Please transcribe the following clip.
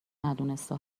ندونسته